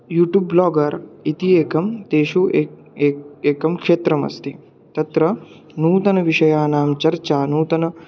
YouTube blogger इति एकं तेषु एकं ए एकं क्षेत्रमस्ति तत्र नूतनविषयाणां चर्चा नूतनम्